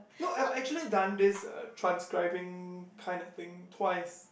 no I've actually done this uh transcribing kind of thing twice